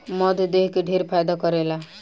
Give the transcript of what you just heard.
मध देह के ढेर फायदा करेला